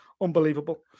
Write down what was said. Unbelievable